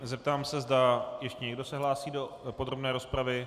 Zeptám se, zda ještě někdo se hlásí do podrobné rozpravy.